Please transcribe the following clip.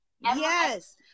yes